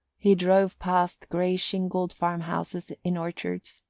he drove past grey-shingled farm-houses in orchards,